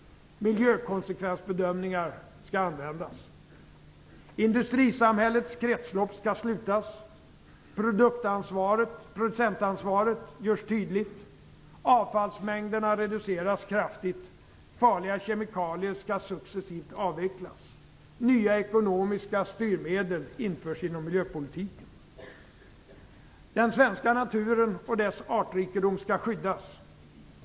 Miljökonsekvensbedömningar skall användas. Industrisamhällets kretslopp skall slutas. Producentansvaret görs tydligt. Avfallsmängderna reduceras kraftigt. Farliga kemikalier skall successivt avvecklas. Nya ekonomiska styrmedel införs inom miljöpolitiken. Den svenska naturen och dess artrikedom skall skyddas.